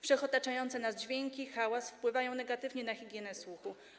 Wszechotaczające nas dźwięki, hałas wpływają negatywnie na higienę słuchu.